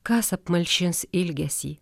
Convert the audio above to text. kas apmalšins ilgesį